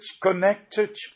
connected